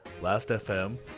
Last.fm